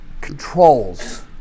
controls